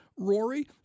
Rory